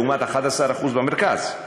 לעומת 11% במרכז.